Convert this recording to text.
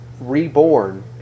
reborn